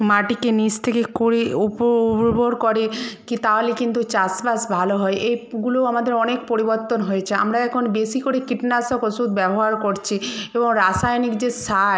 মাটিকে নিচ থেকে খুঁড়ে উপর করে কি তাহলে কিন্তু চাষবাস ভালো হয় এগুলোও আমাদের অনেক পরিবর্তন হয়েছে আমরা এখন বেশি করে কীটনাশক ওষুধ ব্যবহার করছি এবং রাসায়নিক যে সার